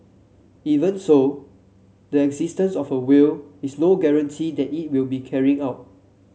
even so the existence of a will is no guarantee that it will be carried out